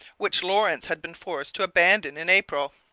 which lawrence had been forced to abandon in april.